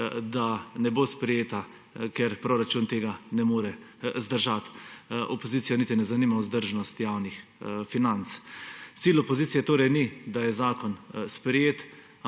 da ne bo sprejeta, ker proračun tega ne more zdržati. Opozicije niti ne zanima vzdržnost javnih financ. Cilj opozicije torej ni, da je zakon sprejet,